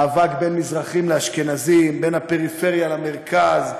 מאבק בין מזרחים לאשכנזים, בין הפריפריה למרכז.